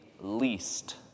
least